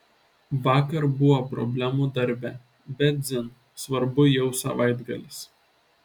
vakar buvo problemų darbe bet dzin svarbu jau savaitgalis